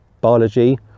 biology